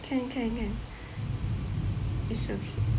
okay can it's okay